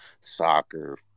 soccer